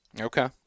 okay